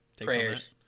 Prayers